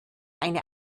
eine